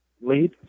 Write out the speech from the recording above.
Lead